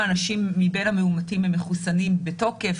אנשים מבין המאומתים הם מחוסנים בתוקף,